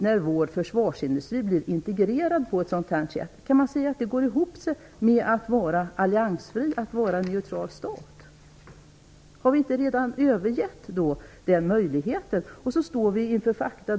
När vår försvarsindustri integreras på ett sådant sätt, kan det gå ihop med att vara en alliansfri och neutral stat? Har vi då inte redan övergett den möjligheten? Vi kommer att stå inför fakta.